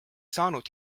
saanud